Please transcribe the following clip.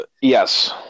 Yes